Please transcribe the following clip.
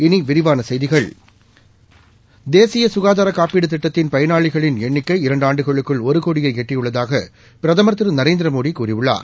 இனி விரிவான செய்திகள் தேசிய சுகாதார காப்பீடு திட்டத்தின் பயனாளிகளின் எண்ணிக்கை இரண்டு ஆண்டுகளுக்குள் ஒரு கோடியை எட்டியுள்ளதாக பிரதமர் திரு நரேந்திரமோடி கூறியுள்ளார்